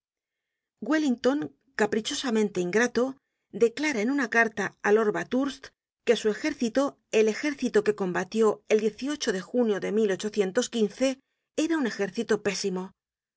wellington caprichosamente ingrato declara en una carta á lord bathurst que su ejército el ejército que combatió el de junio de era un ejército pésimo